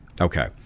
okay